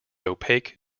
opaque